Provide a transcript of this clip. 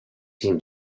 seem